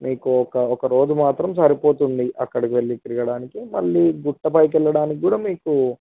మీకు ఒక ఒక రోజు మాత్రం సరిపోతుంది అక్కడికి వెళ్ళి తిరగడానికి మళ్ళీ గుట్ట పైకి వెళ్ళడానికి కూడా మీకు